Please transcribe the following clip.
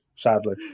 Sadly